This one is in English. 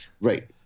Right